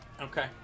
Okay